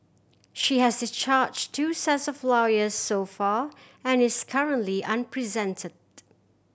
she has discharged two sets of lawyers so far and is currently unrepresented